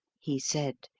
he said,